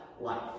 life